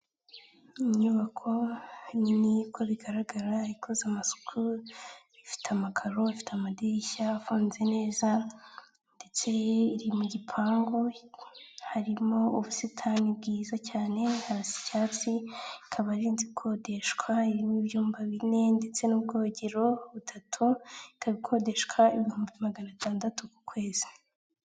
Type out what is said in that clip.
Inyubako ni uko bigaragara ikoze amasuku ifite amakaro afite amadirishya avanze neza ndetse iri mu gipangu harimo ubusitani bwiza cyane hasi icyatsi ikaba arizi ikodeshwa irimo ibyumba bine ndetse n'ubwogero butatu ikabikodeshwa ibihumbi magana atandatu ku kwezi.